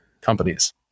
companies